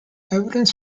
evidence